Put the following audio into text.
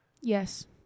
Yes